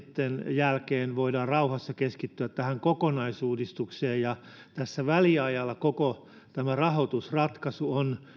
jälkeen sitten voidaan rauhassa keskittyä tähän kokonaisuudistukseen ja tässä väliajalla koko tämä rahoitusratkaisu on